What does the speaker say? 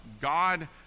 God